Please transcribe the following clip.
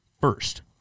first